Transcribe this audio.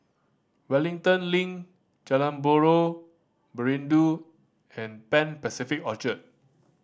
Wellington Link Jalan Buloh Perindu and Pan Pacific Orchard